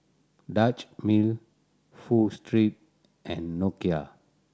Dutch Mill Pho Street and Nokia